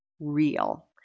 real